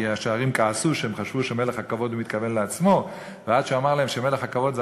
השערים כעסו כי הם חשבו שב"מלך הכבוד" הוא מתכוון לעצמו,